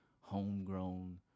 homegrown